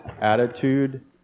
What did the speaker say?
attitude